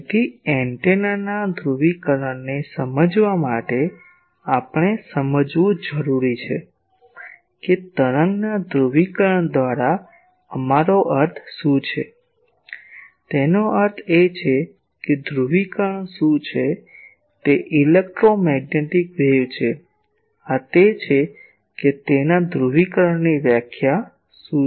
તેથી એન્ટેનાના ધ્રુવીકરણને સમજવા માટે આપણે સમજવું જરૂરી છે કે તરંગના ધ્રુવીકરણ દ્વારા અમારો અર્થ શું છે તેનો અર્થ એ કે ધ્રુવીકરણ શું છે તે ઇલેક્ટ્રોમેગ્નેટિક વેવ છે આ તે છે કે તેના ધ્રુવીકરણની વ્યાખ્યા શું છે